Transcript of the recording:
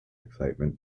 excitement